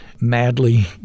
madly